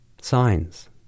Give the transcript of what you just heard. signs